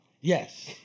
Yes